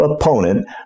opponent